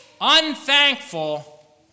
unthankful